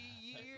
years